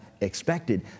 expected